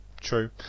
true